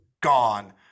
gone